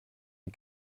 die